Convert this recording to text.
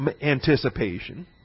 anticipation